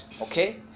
Okay